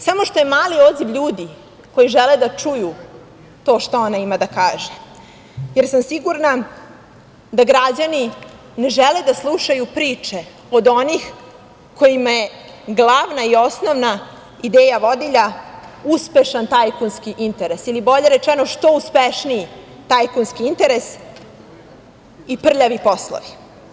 Samo što je mali odziv ljudi koji žele da čuju to šta ona ima da kaže, jer sam sigurna da građani ne žele da slušaju priče od onih kojima je glavna i osnovna ideja vodilja uspešan tajkunski interes, ili bolje rečeno - što uspešniji tajkunski interes i prljavi poslovi.